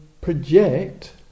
project